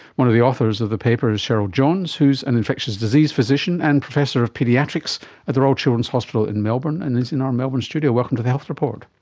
one of the authors of the paper is cheryl jones who is an infectious disease physician and professor of paediatrics at the royal children's hospital in melbourne and is in our melbourne studio. welcome to the health report.